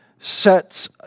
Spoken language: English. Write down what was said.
sets